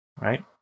right